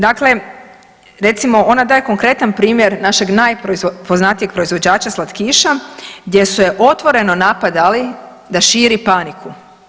Dakle, recimo ona daje konkretan primjer našeg najpoznatijeg proizvođača slatkiša gdje su je otvoreno napadali da širi paniku.